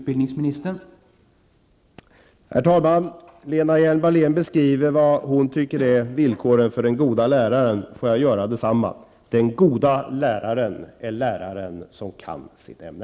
Herr talman! Lena Hjelm-Wallén beskriver vad hon tycker är villkoren för den goda läraren. Får jag göra detsamma: Den goda läraren är den lärare som kan sitt ämne.